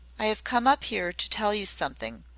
i have come up here to tell you something,